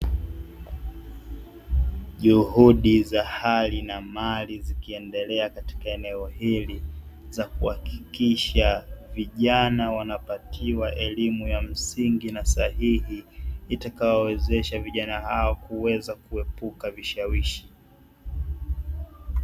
Juhudi za hali na mali zikiendelea katika eneo hili za kuhakikisha vijana wanapatiwa elimu ya msingi na sahihi itakayowawezesha vijana hao kuweza kuepuka vishawishi.